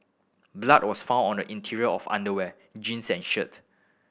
blood was found on the interior of underwear jeans and shirt